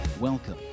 Welcome